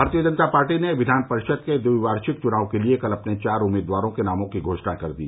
भारतीय जनता पार्टी ने विधान परिषद के द्विवार्षिक चुनाव के लिए कल अपने चार उम्मीदवारों के नामों की घोषणा कर दी